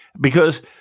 Because-